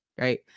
right